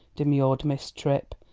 demurred miss tripp.